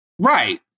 Right